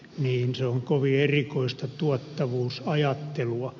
se on kovin erikoista tuottavuusajattelua